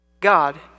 God